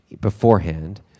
beforehand